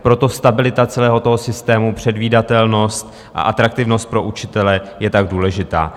Proto stabilita celého systému, předvídatelnost a atraktivnost pro učitele je tak důležitá.